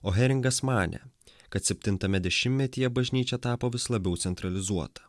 o heringas manė kad septintame dešimtmetyje bažnyčia tapo vis labiau centralizuota